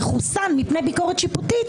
(חבר הכנסת סימון דוידסון יוצא מחדר הוועדה.)